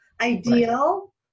ideal